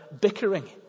bickering